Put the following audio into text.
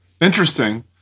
Interesting